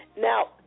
Now